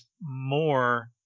more